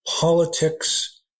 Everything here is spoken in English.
politics